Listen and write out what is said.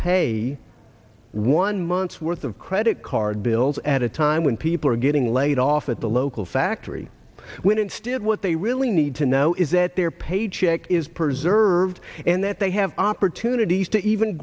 pay one month's worth of credit card bills at a time when people are getting laid off at the local factory when instead what they really need to know is that their pay the check is preserved and that they have opportunities to even